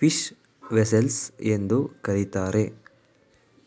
fish vessels ಎಂದು ಕರಿತಾರೆ